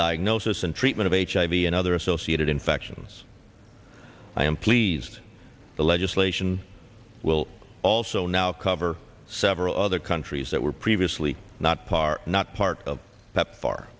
diagnosis and treatment of hiv and other associated infections i am pleased the legislation will also now cover several other countries that were previously not part not part of that far